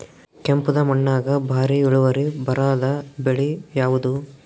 ಕೆಂಪುದ ಮಣ್ಣಾಗ ಭಾರಿ ಇಳುವರಿ ಬರಾದ ಬೆಳಿ ಯಾವುದು?